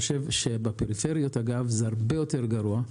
בפריפריה זה הרבה יותר גרוע,